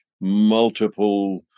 multiple